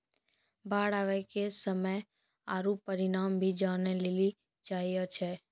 बाढ़ आवे के समय आरु परिमाण भी जाने लेली चाहेय छैय?